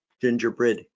gingerbread